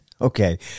Okay